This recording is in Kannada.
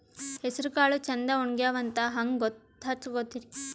ಹೆಸರಕಾಳು ಛಂದ ಒಣಗ್ಯಾವಂತ ಹಂಗ ಗೂತ್ತ ಹಚಗೊತಿರಿ?